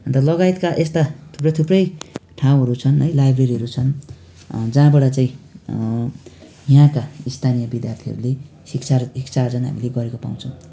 अन्त लगायतका यस्ता थुप्रोथुप्रै ठाउँहरू छन् है लाइब्रेरीहरू छन् जहाँबाट चाहिँ यहाँका स्थानीय विद्यार्थीहरूले शिक्षा र दीक्षा आर्जन हामीले गरेको पाउँछौँ